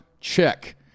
check